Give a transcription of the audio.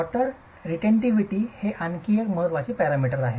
water retentivity हे आणखी एक महत्त्वाचे पॅरामीटर आहे